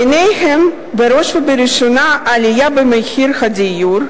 ביניהן, ובראש ובראשונה, העלייה במחירי הדיור,